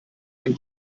ein